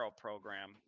program